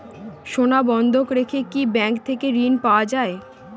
সোনা বন্ধক রেখে কি ব্যাংক থেকে ঋণ পাওয়া য়ায়?